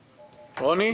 רוני?